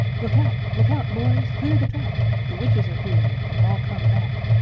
look out! look out, boys! clear the track! the witches are here! they've all come back!